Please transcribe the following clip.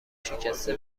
شکسته